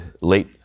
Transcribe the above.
late